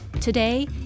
today